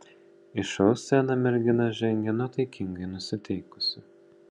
į šou sceną mergina žengė nuotaikingai nusiteikusi